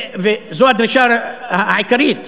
וזו הדרישה העיקרית,